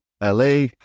LA